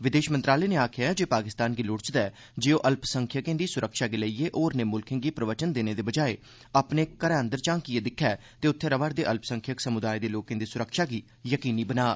विदेश मंत्रालय नै आक्खेआ ऐ जे पाकिस्तान गी लोड़चदा ऐ जे ओह् अल्पसंख्यकें दी सुरक्षा गी लेईए होरनें मुल्खें गी प्रवचन देने दे बजाए अपने घरै अन्दर झांकिए दिक्खै ते उत्थे रवा करदे अल्पसंख्यक समुदाएं दे लोकें दी सुरक्षा गी यकीनी बनाऽ